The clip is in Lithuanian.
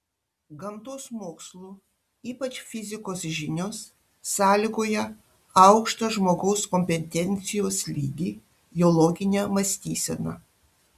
gamtos mokslų ypač fizikos žinios sąlygoja aukštą žmogaus kompetencijos lygį jo loginę mąstyseną